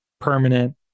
permanent